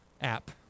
app